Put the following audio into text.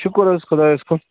شُکُر حظ خۄدایس کُن